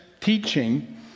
teaching